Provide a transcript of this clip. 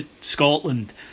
Scotland